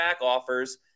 offers